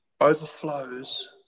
overflows